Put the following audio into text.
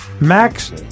Max